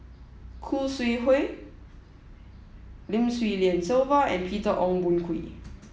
Khoo Sui Hoe Lim Swee Lian Sylvia and Peter Ong Boon Kwee